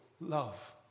love